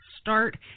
start